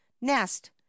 Nest